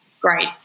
great